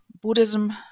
Buddhism